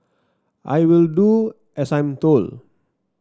I will do as I'm told